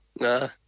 Nah